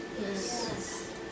Yes